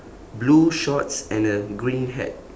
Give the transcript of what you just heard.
blue shorts and a green hat